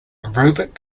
aerobic